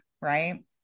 right